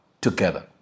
together